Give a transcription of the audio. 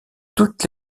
toutes